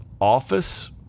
Office